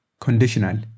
Conditional